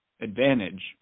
advantage